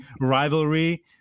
rivalry